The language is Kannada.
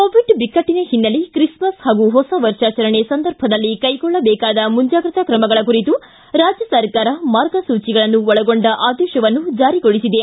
ಕೋವಿಡ್ ಬಿಕ್ಟಟನ ಹಿನ್ನೆಲೆ ತ್ರಿಸ್ಮಸ್ ಹಾಗೂ ಹೊಸ ವರ್ಷಾಚರಣೆ ಸಂದರ್ಭದಲ್ಲಿ ಕೈಗೊಳ್ಳಬೇಕಾದ ಮುಂಜಾಗ್ರತಾ ಕ್ರಮಗಳ ಕುರಿತು ರಾಜ್ಯ ಸರ್ಕಾರ ಮಾರ್ಗಸೂಚಿಗಳನ್ನು ಒಳಗೊಂಡ ಆದೇಶವನ್ನು ಜಾರಿಗೊಳಿಸಿದೆ